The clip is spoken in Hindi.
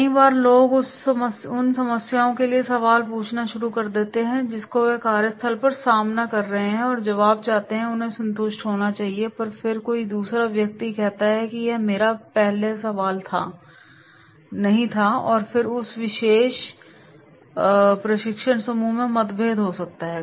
कई बार लोग उन समस्याओं के लिए सवाल पूछना शुरू कर देते हैं जिसका वे कार्यस्थल पर सामना कर रहे हैं और जवाब चाहते हैं और उन्हें संतुष्ट होना चाहिएपर फिर कोई दूसरा व्यक्ति कहता है कि यह मेरा पहला सवाल नहीं है और फिर उस विशेष प्रशिक्षण समूह में मतभेद हो सकता है